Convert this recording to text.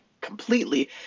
completely